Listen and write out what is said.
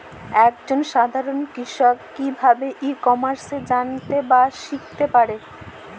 এক জন সাধারন কৃষক কি ভাবে ই কমার্সে জানতে বা শিক্ষতে পারে?